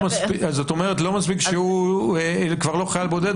זאת אומרת לא מספיק שהוא כבר לא חייל בודד,